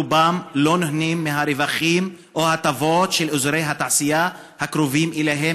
רובן לא נהנות מהרווחים או ההטבות של אזורי התעשייה הקרובים אליהן,